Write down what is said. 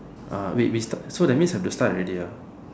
uh wait we start so that means have to start already ah